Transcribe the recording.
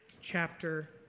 chapter